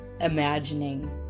imagining